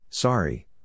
Sorry